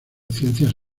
ciencias